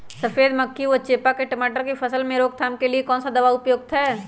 सफेद मक्खी व चेपा की टमाटर की फसल में रोकथाम के लिए कौन सा दवा उपयुक्त है?